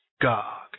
Gog